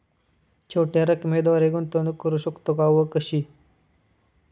छोट्या रकमेद्वारे गुंतवणूक करू शकतो का व कशी?